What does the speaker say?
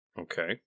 Okay